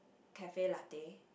cafe latte